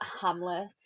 hamlet